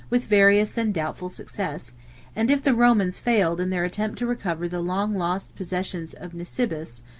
with various and doubtful success and if the romans failed in their attempt to recover the long-lost possession of nisibis,